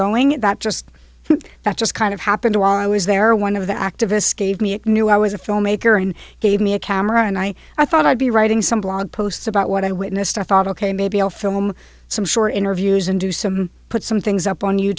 going at that just that just kind of happened while i was there one of the activists gave me a new i was a filmmaker and gave me a camera and i i thought i'd be writing some blog posts about what i witnessed i thought ok maybe i'll film some short interviews and do some put some things up on you